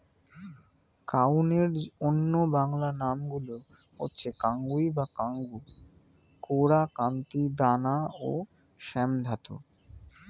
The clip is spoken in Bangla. কাউনের অন্য বাংলা নামগুলো হচ্ছে কাঙ্গুই বা কাঙ্গু, কোরা, কান্তি, দানা ও শ্যামধাত